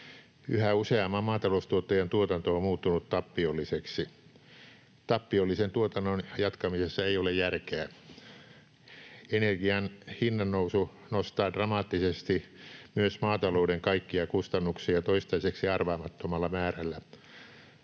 Yhä useamman maataloustuottajan tuotanto on muuttunut tappiolliseksi. Tappiollisen tuotannon jatkamisessa ei ole järkeä. Energian hinnannousu nostaa dramaattisesti myös maatalouden kaikkia kustannuksia toistaiseksi arvaamattomalla määrällä.